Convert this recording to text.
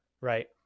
right